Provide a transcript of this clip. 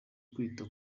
kwita